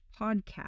podcast